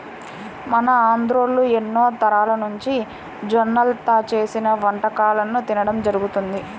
మన ఆంధ్రోల్లు ఎన్నో తరాలనుంచి జొన్నల్తో చేసిన వంటకాలను తినడం జరుగతంది